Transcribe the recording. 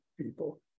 people